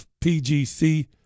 PGC